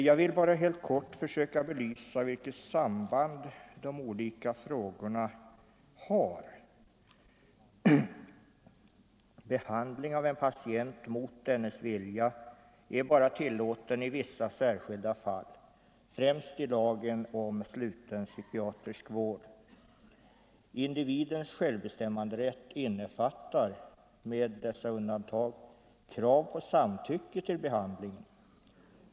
Jag vill bara helt kort försöka belysa vilket samband de olika frågorna har. Behandling av en patient mot dennes vilja är bara tillåten i vissa särskilda fall, främst enligt lagen om sluten psykiatrisk vård. Individens självbestämmanderätt innefattar — med dessa undantag — krav på samtycke till behandlingen.